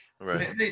right